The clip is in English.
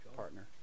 partner